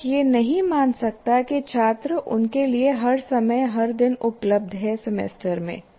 शिक्षक यह नहीं मान सकता कि छात्र उनके लिए हर समय हर दिन उपलब्ध है सेमेस्टर में